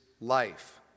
life